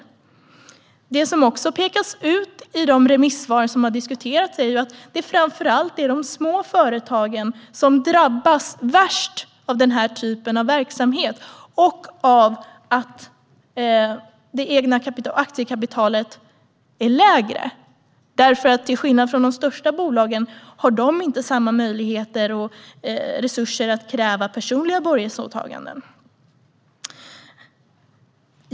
Det som också pekas ut i de remissvar som har diskuterats är att det är de små företagen som drabbas värst av denna typ av verksamhet och av att det egna aktiekapitalet är lägre. Till skillnad från de största bolagen har de inte tillräckliga möjligheter och resurser att kräva personliga borgensåtaganden.